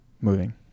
moving